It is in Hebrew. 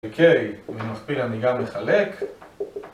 אוקיי, במכפיל אני גם מחלק